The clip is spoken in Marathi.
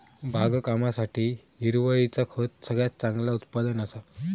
बागकामासाठी हिरवळीचा खत सगळ्यात चांगला उत्पादन असा